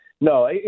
no